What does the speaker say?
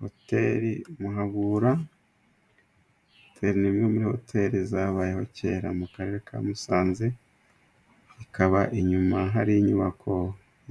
Hoteli Muhabura ni imwe muri hoteli zabayeho kera mu Karere ka Musanze , ikaba inyuma hari inyubako